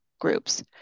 groups